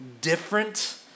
different